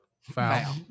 Foul